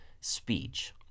speech